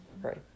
right